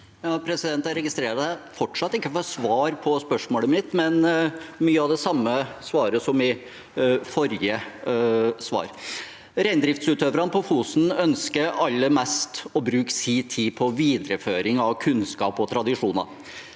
Jeg registrerer at jeg fortsatt ikke har fått svar på spørsmålet mitt, men mye av det samme svaret som i forrige svar. Reindriftsutøverne på Fosen ønsker aller mest å bruke sin tid på videreføring av kunnskap og tradisjoner.